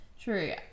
true